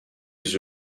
the